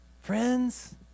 Friends